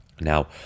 Now